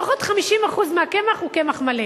לפחות 50% מהקמח הוא קמח מלא.